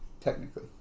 Technically